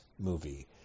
movie